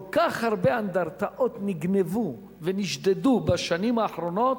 כל כך הרבה אנדרטאות נגנבו ונשדדו בשנים האחרונות,